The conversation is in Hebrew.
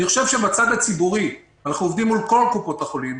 אני חושב שבצד הציבורי אנחנו עובדים מול כל קופות החולים,